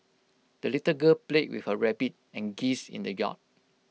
the little girl played with her rabbit and geese in the yard